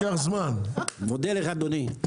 אני מודה לך, אדוני.